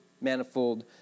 manifold